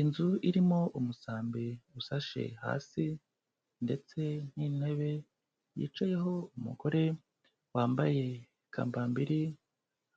Inzu irimo umusambi usashe hasi ndetse n'intebe yicayeho umugore wambaye kambambiri